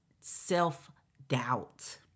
self-doubt